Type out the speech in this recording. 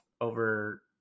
over